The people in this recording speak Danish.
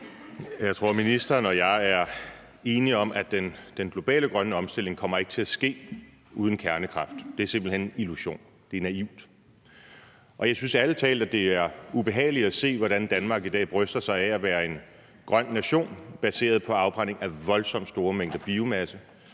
Jeg tror, at ministeren og jeg er enige om, at den globale grønne omstilling ikke kommer til at ske uden kernekraft. Det er simpelt hen en illusion; det er naivt. Og jeg synes ærlig talt, det er ubehageligt at se, hvordan Danmark i dag bryster sig af at være en grøn nation baseret på afbrænding af voldsomt store mængder biomasse.